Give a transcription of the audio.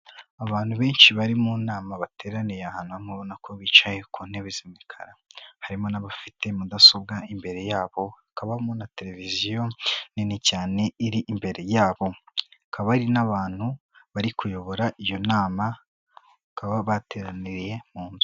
Abantu benshi bari mu nama bateraniye ahantu hamwe urabona ko bicaye ku ntebe z'imikara harimo n'abafite mudasobwa imbere yabo, hakabamo na televiziyo nini cyane iri imbere yabo, hakaba hari n'abantu bari kuyobora iyo nama bakaba bateraniye mu nzu.